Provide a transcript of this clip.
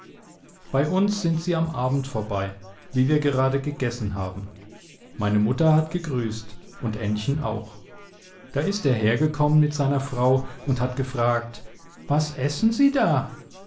bei uns sind sie am abend vorbei wie wir gerade gegessen haben meine mutter hat gegrüßt und ännchen auch da ist er her gekommen mit seiner frau und hat gefragt was essen sie da